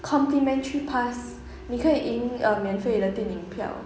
complimentary pass 你可以赢免费的电影票